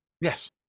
Yes